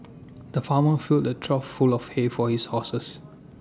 the farmer filled A trough full of hay for his horses